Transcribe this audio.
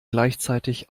gleichzeitig